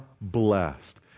blessed